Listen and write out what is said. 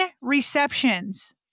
receptions